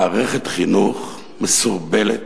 מערכת חינוך מסורבלת,